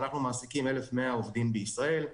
אנחנו מעסיקים 1,100 עובדים בישראל,